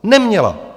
Neměla.